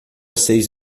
seis